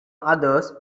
others